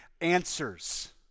answers